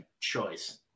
Choice